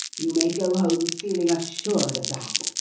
you may go home feeling assured of that.